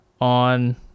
on